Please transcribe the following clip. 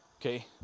okay